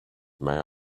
may